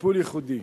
ולטיפול ייחודי.